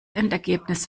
endergebnis